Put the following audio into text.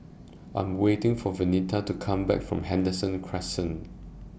I Am waiting For Venita to Come Back from Henderson Crescent